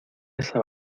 esa